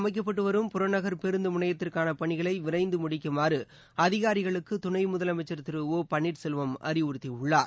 அமைக்கப்பட்டுவரும் புறநகர் பேருந்துமுனையத்திற்கானபணிகளவிரைந்துமுடிக்குமாறுஅதிகாரிகளுக்குதுணைமுதலமைச்சா் திரு ஓ பன்னீர் செல்வம் அறிவுறுத்தியுள்ளார்